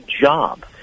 job